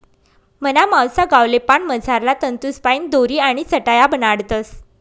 मना मावसा गावले पान मझारला तंतूसपाईन दोरी आणि चटाया बनाडतस